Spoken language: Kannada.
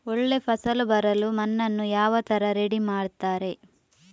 ಒಳ್ಳೆ ಫಸಲು ಬರಲು ಮಣ್ಣನ್ನು ಯಾವ ತರ ರೆಡಿ ಮಾಡ್ತಾರೆ?